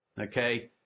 Okay